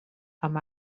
amb